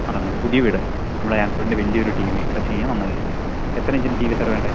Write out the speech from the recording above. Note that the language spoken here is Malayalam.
പുതിയ വീട് നമ്മുടെ ആൻഡ്രോയിഡിൻ്റെ വലിയ ഒരു ടി വി വച്ചു കഴിഞ്ഞാൽ നന്നായിരിക്കും എത്ര ഇഞ്ചിൻ്റെ ടിവിയാണ് സാർ വേണ്ടത്